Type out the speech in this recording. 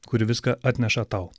kuri viską atneša tau